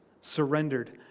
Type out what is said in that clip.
surrendered